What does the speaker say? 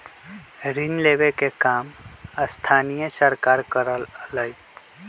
ऋण लेवे के काम स्थानीय सरकार करअलई